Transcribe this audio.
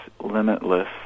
limitless